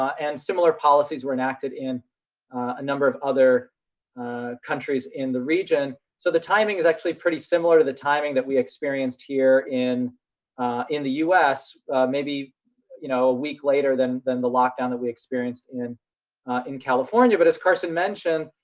and similar policies were enacted in a number of other countries in the region. so the timing is actually pretty similar to the timing that we experienced here in in the us maybe you know week later than than the lockdown that we experienced in in california. but as carson mentioned,